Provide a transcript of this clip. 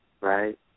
Right